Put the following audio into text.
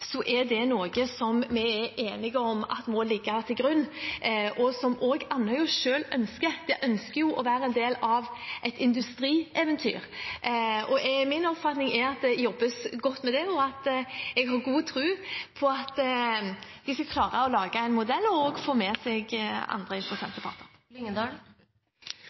er at det er noe vi er enige om at må ligge til grunn, og som også Andøya selv ønsker. De ønsker jo å være en del av et industrieventyr. Min oppfatning er at det jobbes godt med det, og jeg har god tro på at de skal klare å lage en modell og også få med seg andre